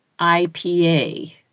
ipa